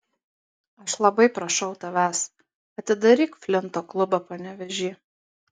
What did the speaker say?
aš labai prašau tavęs atidaryk flinto klubą panevėžy